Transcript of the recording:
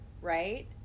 right